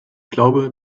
glaube